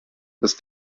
das